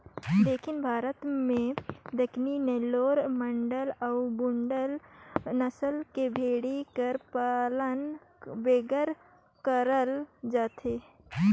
दक्खिन भारत में दक्कनी, नेल्लौर, मांडय अउ बांडुल नसल कर भेंड़ी कर पालन बगरा करल जाथे